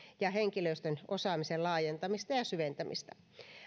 ja henkilöstön osaamisen laajentamista ja syventämistä